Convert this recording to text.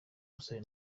gusaba